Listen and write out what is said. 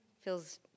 Feels